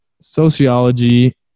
sociology